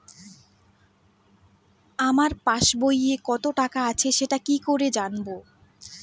আমার পাসবইয়ে কত টাকা আছে সেটা কি করে জানবো?